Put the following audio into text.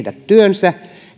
työnsä